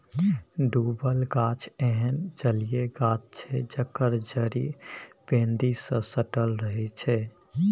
डुबल गाछ एहन जलीय गाछ छै जकर जड़ि पैंदी सँ सटल रहै छै